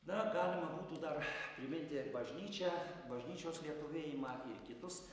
na galima būtų dar priminti ir bažnyčią bažnyčios lietuvėjimą ir kitus